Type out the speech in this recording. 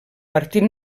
partit